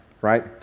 right